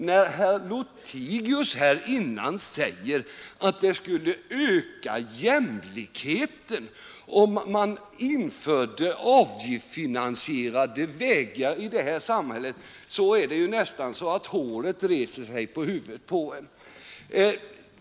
När herr Lothigius här säger att det skulle öka jämlikheten om man införde avgiftsfinansierade vägar i det här samhället, är det nästan så att håret reser sig på ens huvud.